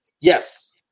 Yes